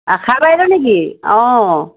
আশা বাইদেউ নেকি অঁ